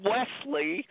Wesley